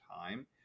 time